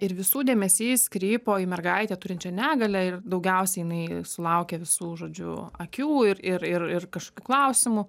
ir visų dėmesys krypo į mergaitę turinčią negalią ir daugiausiai jinai sulaukė visų žodžiu akių ir ir ir ir kažkokių klausimų